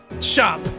shop